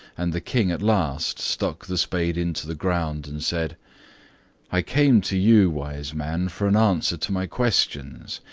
and the king at last stuck the spade into the ground, and said i came to you, wise man, for an answer to my questions.